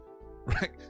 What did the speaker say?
Right